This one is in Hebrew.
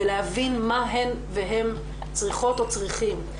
ולהבין מה הם והן צריכות או צריכים.